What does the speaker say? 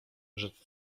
rzecz